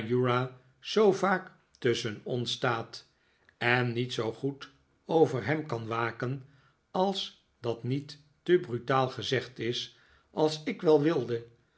zoo vaak tusschen ons staat en niet zoo goed over hem kan waken als dat niet te brutaal gezegd is als ik wel wilde